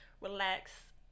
relax